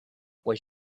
was